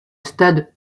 stade